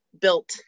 built